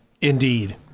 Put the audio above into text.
Indeed